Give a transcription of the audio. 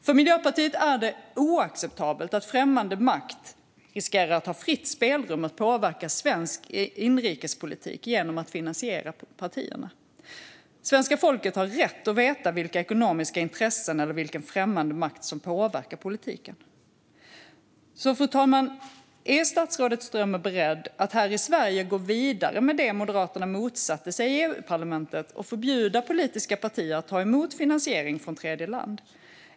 För Miljöpartiet är det oacceptabelt att främmande makt riskerar att ha fritt spelrum att påverka svensk inrikespolitik genom att finansiera partierna. Svenska folket har rätt att veta vilka ekonomiska intressen eller vilken främmande makt som påverkar politiken. Fru talman! Är statsrådet Strömmer beredd att här i Sverige gå vidare med det Moderaterna motsatte sig i EU-parlamentet och förbjuda politiska partier att ta emot finansiering från tredjeland?